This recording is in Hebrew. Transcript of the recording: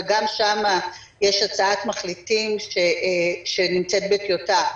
וגם שם יש הצעת מחליטים שנמצאת בטיוטה,